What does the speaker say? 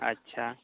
ᱟᱪᱪᱷᱟ